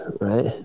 right